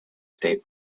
state